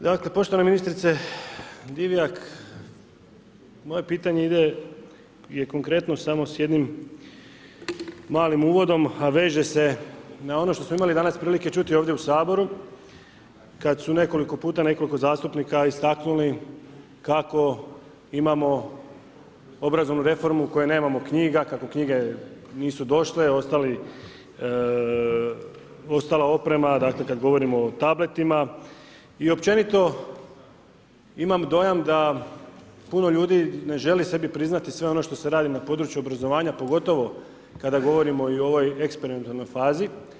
Dakle poštovana ministrice Divjak, moje pitanje ide, je konkretno samo s jednim malim uvodom a veže se n ono što smo imali dana prilike čuti ovdje u Saboru kad su nekoliko puta nekoliko zastupnika istaknuli kako imamo obrazovnu reformu, nemamo knjiga, kako knjige nisu došle, ostala oprema dakle kad govorimo o tabletima, i općenito imamo dojam da puno ljudi ne želi sebi priznati sve ono što se radi na području obrazovanja pogotovo kada govorimo i o ovoj eksperimentalnoj fazi.